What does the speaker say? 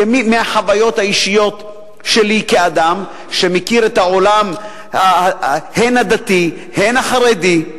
מהחוויות האישיות שלי כאדם שמכיר הן את העולם הדתי הן את העולם החרדי,